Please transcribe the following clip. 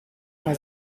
mai